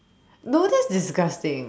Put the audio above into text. no that's disgusting